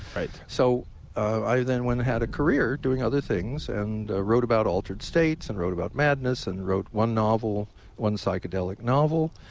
so i then went and had a career doing other things and ah wrote about altered states and wrote about madness and wrote one novel one psychedelic novel.